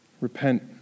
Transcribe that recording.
Repent